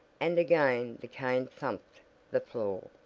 and again the cane thumped the floor.